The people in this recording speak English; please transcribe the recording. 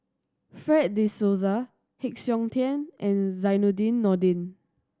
Fred De Souza Heng Siok Tian and Zainudin Nordin